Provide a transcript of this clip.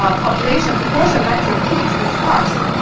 ah population proportion vector, p, to be sparse.